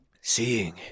Seeing